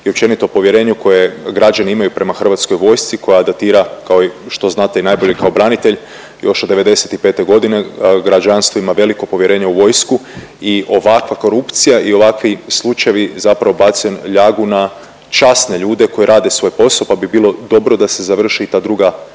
i općenito povjerenju koje građani imaju prema Hrvatskoj vojsci koja datira kao i što znate i najbolje kao branitelj još od '95. godine građanstvo ima veliko povjerenje u vojsku. I ovakva korupcija i ovakvi slučajevi zapravo bacaju ljagu na časne ljude koji rade svoj posao, pa bi bilo dobro da se završi i ta druga